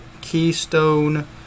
keystone